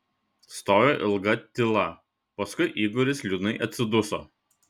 stojo ilga tyla paskui igoris liūdnai atsiduso